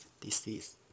disease